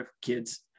kids